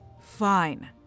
Fine